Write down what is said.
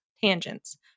tangents